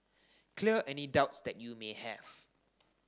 clear any doubts that you may have